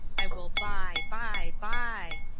i will buy, buy, buy!